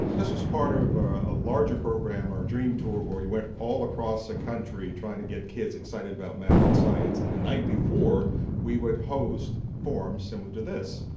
this is part of a ah larger program, our dream tour, where we went all across the country trying to get kids excited about math and science and the night before we would host forums similar to this,